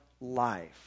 life